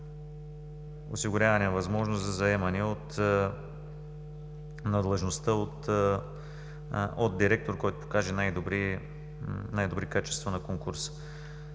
осигуряване на възможност за заемане на длъжността от директор, който покаже най-добри качества на конкурса.